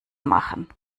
machen